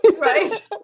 Right